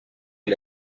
est